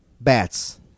Bats